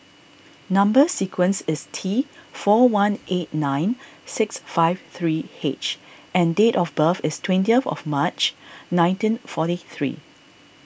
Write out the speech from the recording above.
Number Sequence is T four one eight nine six five three H and date of birth is twentieth of March nineteen forty three